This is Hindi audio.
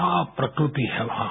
क्या प्रकृति है वहाँ